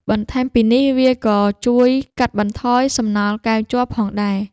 បន្ថែមពីនេះ វាក៏ជួយកាត់បន្ថយសំណល់កែវជ័រផងដែរ។